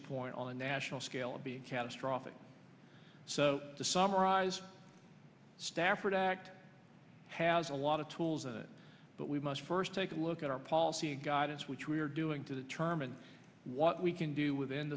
the point on a national scale and be catastrophic so to summarize the stafford act has a lot of tools in it but we must first take a look at our policy guidance which we are doing to determine what we can do within